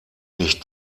nicht